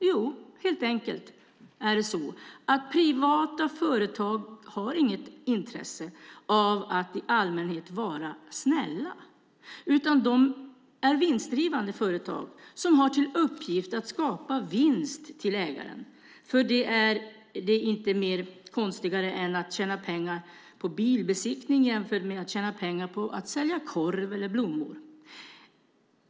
Det är helt enkelt så att privata företag inte har något intresse av att i allmänhet vara "snälla", utan de är vinstdrivande företag som har till uppgift att skapa vinst till ägarna. För dem är det inte mer konstigt att tjäna pengar på bilbesiktning än att tjäna pengar på att sälja korv eller blommor.